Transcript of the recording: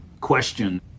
question